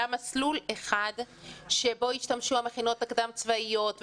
היה מסלול אחד שבו השתמשו המכינות הקדם צבאיות,